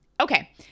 Okay